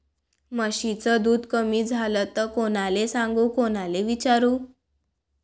म्हशीचं दूध कमी झालं त कोनाले सांगू कोनाले विचारू?